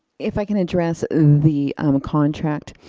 if i can address the um contract.